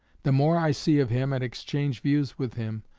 the more i see of him and exchange views with him,